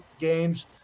games